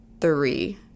three